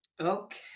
Okay